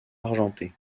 argenté